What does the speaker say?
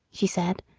she said,